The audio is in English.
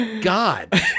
God